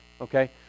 Okay